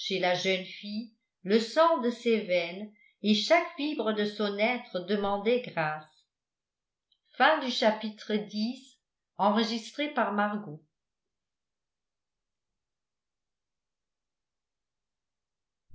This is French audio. la jeune fille le sang de ses veines et chaque fibre de son être demandait grâce